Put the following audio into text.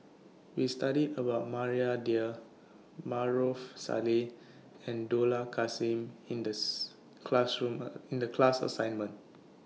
We studied about Maria Dyer Maarof Salleh and Dollah Kassim in This classroom in The class assignment